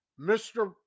Mr